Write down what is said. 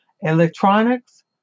electronics